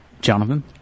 Jonathan